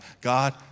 God